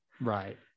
Right